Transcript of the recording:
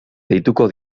deituko